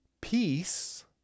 Peace